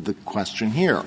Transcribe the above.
the question here